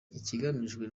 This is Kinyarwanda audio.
ikigamijwe